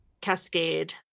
Cascade